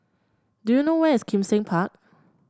do you know where is Kim Seng Park